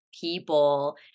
people